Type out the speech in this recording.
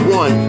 one